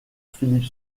philippe